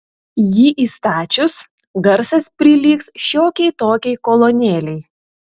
jį įstačius garsas prilygs šiokiai tokiai kolonėlei